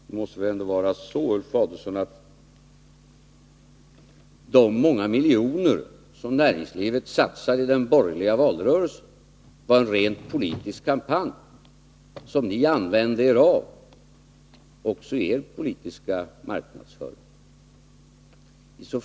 Det måste väl ändå vara så, Ulf Adelsohn, att de många miljoner som näringslivet satsade i den borgerliga valrörelsen gällde en rent politiskt kampanj, som också ni använde er av i er politiska marknadsföring.